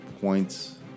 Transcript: points